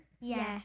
Yes